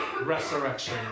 resurrection